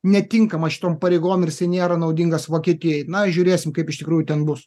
netinkamas šitom pareigom ir jisai nėra naudingas vokietijai na žiūrėsim kaip iš tikrųjų ten bus